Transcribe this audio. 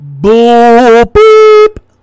Boop